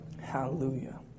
Hallelujah